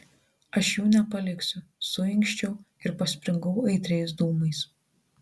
aš jų nepaliksiu suinkščiau ir paspringau aitriais dūmais